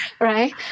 right